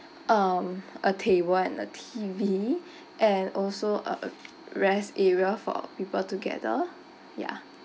um a table and a T_V and also a uh rest area for people to gather ya